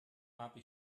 habe